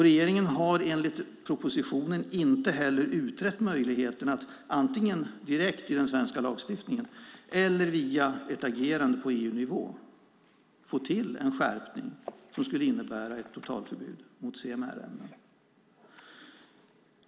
Regeringen har, enligt propositionen, inte utrett möjligheterna att antingen direkt i den svenska lagstiftningen eller via ett agerande på EU-nivå få till en skärpning som skulle innebära ett totalförbud mot CMR-ämnen.